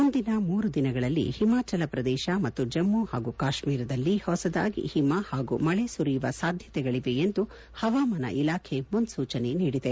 ಮುಂದಿನ ಮೂರು ದಿನಗಳಲ್ಲಿ ಹಿಮಾಚಲ ಪ್ರದೇಶ ಮತ್ತು ಜಮ್ಮ ಮತ್ತು ಕಾತ್ಮೀರದಲ್ಲಿ ಹೊಸದಾಗಿ ಹಿಮ ಹಾಗೂ ಮಳೆ ಸುರಿಯುವ ಸಾಧ್ಯತೆಗಳವೆಯೆಂದು ಹವಾಮಾನ ಇಲಾಖೆ ಮುನ್ಲೂಚನೆ ನೀಡಿದೆ